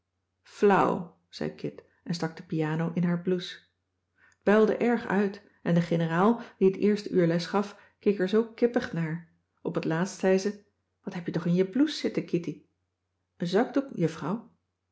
flauw zei kit en stak de piano in haar blouse t builde erg uit en de generaal die het eerste uur les gaf keek er zoo kippig naar op t laatst zei ze wat heb je toch in je blouse zitten kitty een zakdoek juffrouw